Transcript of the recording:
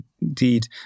indeed